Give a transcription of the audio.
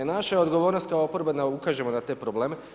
Naša je odgovornost kao oporba da ukažemo na te probleme.